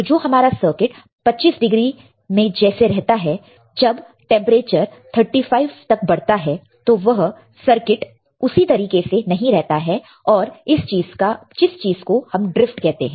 तो जो हमारा सर्किट 25 डिग्री में जैसे रहता है जब टेंपरेचर 35 तक बढ़ता है तो वह सर्किट उसी तरीके से नहीं रहता है और इस चीज को हम ड्रिफ्ट कहते हैं